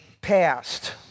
passed